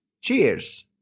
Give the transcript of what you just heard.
Cheers